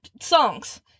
songs